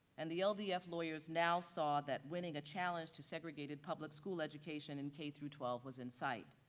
and the ldf lawyers now saw that winning a challenge to segregated public school education in k through twelve was insight.